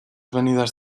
venidas